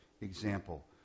example